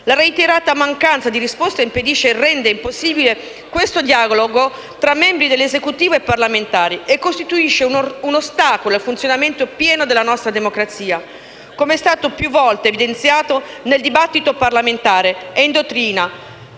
La reiterata mancanza di risposte impedisce e rende impossibile questo dialogo tra membri dell'Esecutivo e parlamentari, e costituisce un ostacolo al funzionamento pieno della nostra democrazia. Come è stato più volte evidenziato nel dibattito parlamentare e in dottrina,